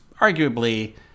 arguably